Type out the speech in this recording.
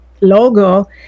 logo